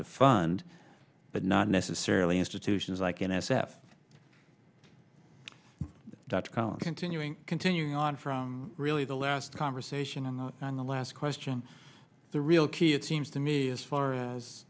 to fund but not necessarily institutions like n s f dot com continuing continuing on from really the last conversation and on the last question the real key it seems to me as far as